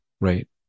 right